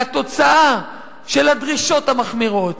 והתוצאה של הדרישות המחמירות,